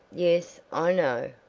yes, i know,